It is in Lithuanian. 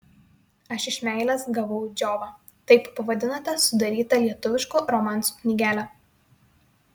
aš iš meilės gavau džiovą taip pavadinote sudarytą lietuviškų romansų knygelę